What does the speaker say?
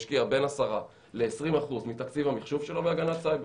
ישקיע בין 10% ל-20% מתקציב המחשוב שלו להגנת סייבר.